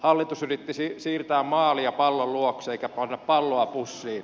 hallitus yritti siirtää maalia pallon luokse eikä panna palloa pussiin